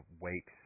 wakes